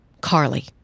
Carly